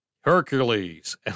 Hercules